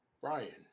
Brian